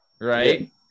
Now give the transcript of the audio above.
right